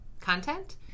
content